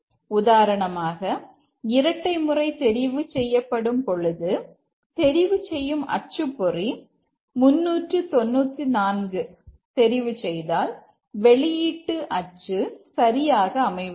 உதாரணமாக இரட்டை முறை தெரிவு செய்யப்படும் பொழுது தெரிவுசெய்யும் அச்சுப்பொறி 394 தெரிவு செய்தால் வெளியீட்டு அச்சு சரியாக அமைவதில்லை